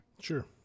Sure